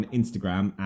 instagram